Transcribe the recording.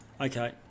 Okay